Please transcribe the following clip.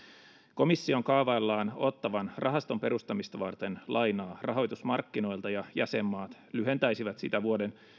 komission kaavaillaan ottavan rahaston perustamista varten lainaa rahoitusmarkkinoilta ja jäsenmaat lyhentäisivät sitä vuoden